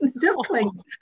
ducklings